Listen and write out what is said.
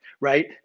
right